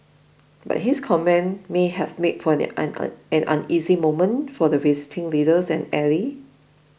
but his comments may have made for an on an uneasy moment for the visiting leader and ally